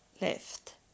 left